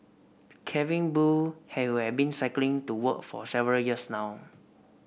Calvin Boo who has been cycling to work for several years now